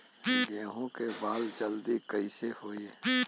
गेहूँ के बाल जल्दी कईसे होई?